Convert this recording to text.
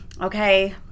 okay